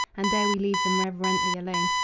and there we leave them reverently alone,